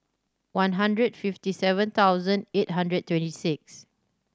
one hundred fifty seven thousand eight hundred twenty six